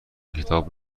کتاب